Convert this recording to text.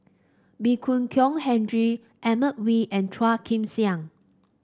Ee Boon Kong Henry Edmund Wee and Phua Kin Siang